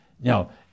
Now